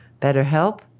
BetterHelp